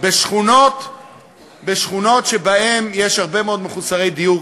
בשכונות שבהן יש הרבה מאוד מחוסרי דיור,